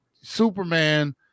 Superman